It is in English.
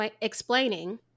explaining